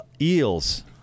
Eels